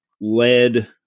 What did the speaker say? led